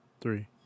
three